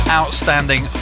outstanding